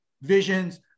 visions